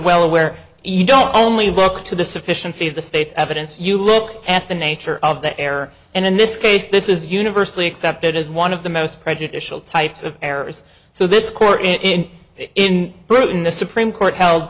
well aware you don't only look to the sufficiency of the state's evidence you look at the nature of the error and in this case this is universally accepted as one of the most prejudicial types of errors so this court in in britain the supreme court h